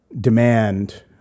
demand